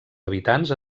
habitants